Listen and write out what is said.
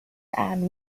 and